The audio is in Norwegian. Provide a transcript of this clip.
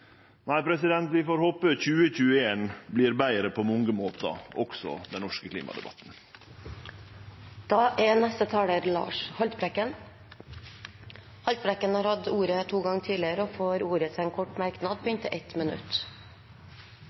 Vi får håpe 2021 blir betre på mange måtar – også den norske klimadebatten. Representanten Lars Haltbrekken har hatt ordet to ganger tidligere og får ordet til en kort merknad, begrenset til ett minutt.